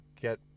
get